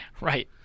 right